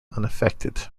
unaffected